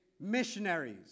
missionaries